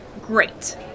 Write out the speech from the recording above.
Great